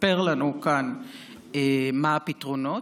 לספר לנו כאן מה הפתרונות.